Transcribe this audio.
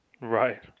right